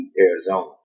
Arizona